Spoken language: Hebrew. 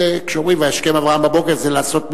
כשאומרים וישכם אברהם בבוקר, זה לעשות מצוות,